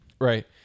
right